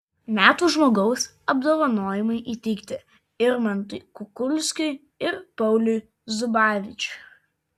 metų žmogaus apdovanojimai įteikti irmantui kukulskiui ir pauliui zubavičiui